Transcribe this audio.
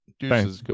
thanks